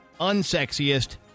unsexiest